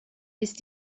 ist